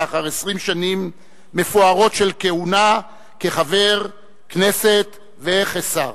לאחר 20 שנים מפוארות של כהונה כחבר הכנסת וכשר.